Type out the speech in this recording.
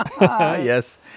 Yes